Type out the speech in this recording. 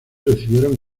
recibieron